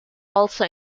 also